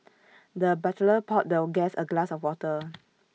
the butler poured the guest A glass of water